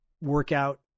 workout